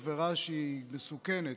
עבירה שהיא מסוכנת,